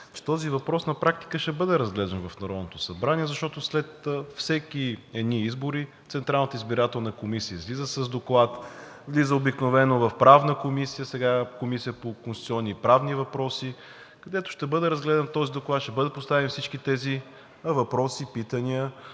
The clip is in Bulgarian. този въпрос на практика ще бъде разглеждан в Народното събрание, защото след всеки едни избори Централната избирателна комисия излиза с доклад. Той влиза обикновено в Правна комисия, сега Комисия по конституционни и правни въпроси, където ще бъде разгледан този доклад, ще бъдат поставени всички тези въпроси, питания